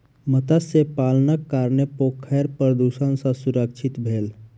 मत्स्य पालनक कारणेँ पोखैर प्रदुषण सॅ सुरक्षित भेल